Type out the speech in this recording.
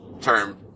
term